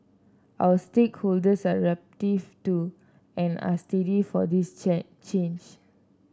our stakeholders are receptive to and are steady for this change